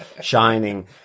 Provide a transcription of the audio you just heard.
shining